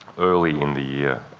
early in the year,